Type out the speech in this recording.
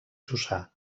jussà